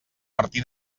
martí